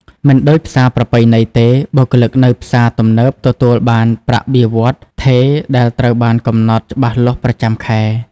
មិនដូចផ្សារប្រពៃណីទេ បុគ្គលិកនៅផ្សារទំនើបទទួលបានប្រាក់បៀវត្សរ៍ថេរដែលត្រូវបានកំណត់ច្បាស់លាស់ប្រចាំខែ។